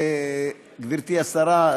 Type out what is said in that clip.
גברתי השרה,